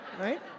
right